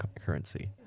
currency